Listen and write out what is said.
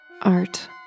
art